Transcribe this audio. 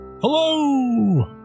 Hello